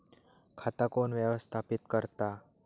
खाता कोण व्यवस्थापित करता?